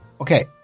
Okay